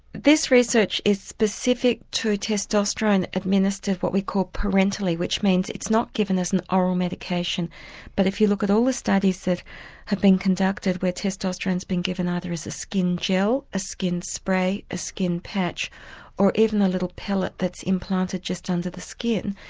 this research is specific to testosterone administered what we call parenterally, which means it's not given as an oral medication but if you look at all the studies that have been conducted where testosterone has been given either as a skin gel, a skin spray, a skin patch or even a little pellet that's implanted just under the skin,